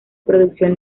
producción